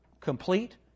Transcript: Complete